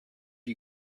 you